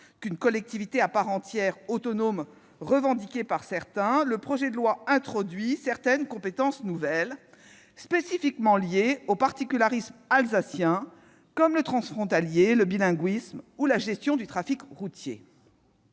qu'une collectivité à part entière et autonome, comme certains le revendiquaient, le projet de loi introduit certaines compétences nouvelles spécifiquement liées aux particularismes alsaciens, comme la coopération transfrontalière, le bilinguisme et la gestion du trafic routier.